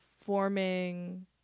forming